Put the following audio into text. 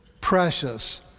precious